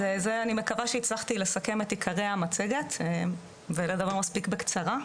אז אני מקווה שהצלחתי לסכם את עיקרי המצגת ולדבר מספיק בקצרה.